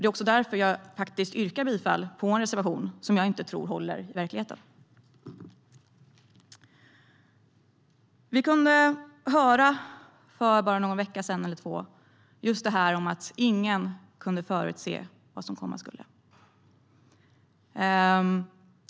Det är också därför jag yrkar bifall till en reservation som jag inte tror håller i verkligheten. Vi kunde för bara någon vecka sedan eller två höra att ingen kunde förutse vad som komma skulle.